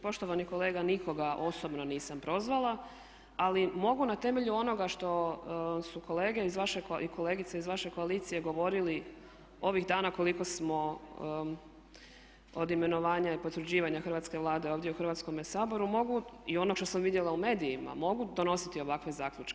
Poštovani kolega nikoga osobno nisam prozvala ali mogu na temelju onoga što su kolege i kolegice iz vaše koalicije govorili ovih dana koliko smo od imenovanja i potvrđivanja Hrvatske vlade ovdje u Hrvatskome saboru i onog što sam vidjela u medijima mogu donositi ovakve zaključke.